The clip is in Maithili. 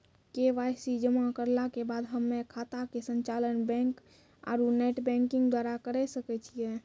के.वाई.सी जमा करला के बाद हम्मय खाता के संचालन बैक आरू नेटबैंकिंग द्वारा करे सकय छियै?